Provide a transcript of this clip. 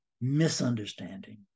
misunderstanding